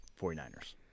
49ers